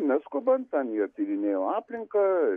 neskubant ten jie tyrinėjo aplinką